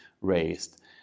raised